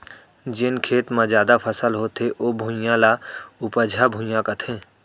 जेन खेत म जादा फसल होथे ओ भुइयां, ल उपजहा भुइयां कथें